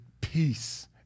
peace